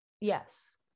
yes